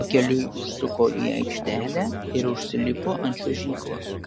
pakeliui užsuko į aikštelę ir užsilipo ant čiuožyklos